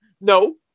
no